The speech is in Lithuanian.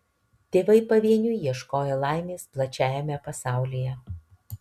tėvai pavieniui ieškojo laimės plačiajame pasaulyje